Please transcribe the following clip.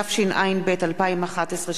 התשע"ב 2011,